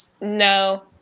No